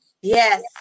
Yes